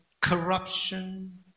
corruption